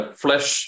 flesh